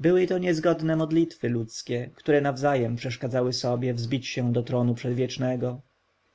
były to niezgodne modlitwy ludzkie które nawzajem przeszkadzały sobie wzbić się do tronu przedwiecznego